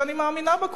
שאני מאמינה בה,